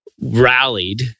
rallied